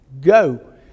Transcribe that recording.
go